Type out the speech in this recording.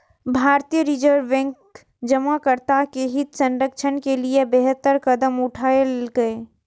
भारतीय reserve bank जमाकर्ता के हित संरक्षण के लिए बेहतर कदम उठेलकै